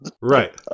Right